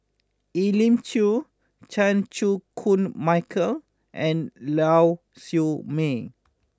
Elim Chew Chan Chew Koon Michael and Lau Siew Mei